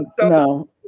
No